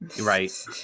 right